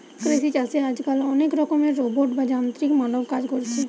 কৃষি চাষে আজকাল অনেক রকমের রোবট বা যান্ত্রিক মানব কাজ কোরছে